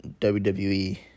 WWE